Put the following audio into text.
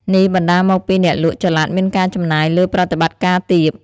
នេះបណ្តាលមកពីអ្នកលក់ចល័តមានការចំណាយលើប្រតិបត្តិការទាប។